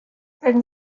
then